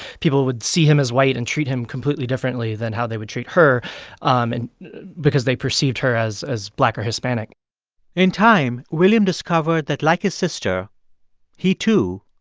people would see him as white and treat him completely differently than how they would treat her and because they perceived her as as black or hispanic in time, william discovered that, like his, sister he, too,